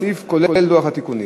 כולל לוח התיקונים.